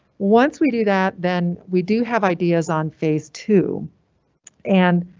once we do that, then we do have ideas on phase two and.